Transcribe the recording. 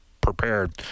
prepared